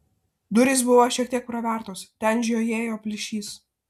durys buvo šiek tiek pravertos ten žiojėjo plyšys